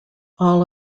all